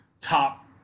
top